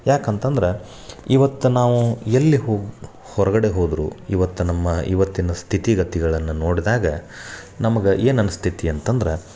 ಯಾಕಂತ ಅಂದ್ರೆ ಇವತ್ತು ನಾವು ಎಲ್ಲಿ ಹೋಗಿ ಹೊರಗಡೆ ಹೋದರೂ ಇವತ್ತು ನಮ್ಮ ಇವತ್ತಿನ ಸ್ಥಿತಿಗತಿಗಳನ್ನು ನೋಡಿದಾಗ ನಮಗೆ ಏನು ಅನಿಸ್ತೈತಿ ಅಂತ ಅಂದ್ರೆ